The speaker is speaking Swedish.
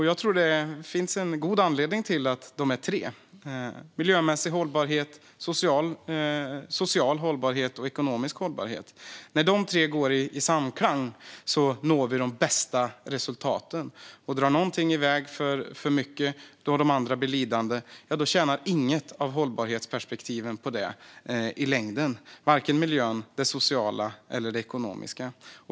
Jag tror att det finns en god anledning till att de är tre: miljömässig hållbarhet, social hållbarhet och ekonomisk hållbarhet. När dessa tre är i samklang når vi de bästa resultaten. Om någonting drar iväg för mycket så att de andra blir lidande tjänar inget av hållbarhetsperspektiven på det i längden - vare sig miljön, det sociala eller det ekonomiska.